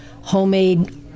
homemade